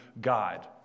God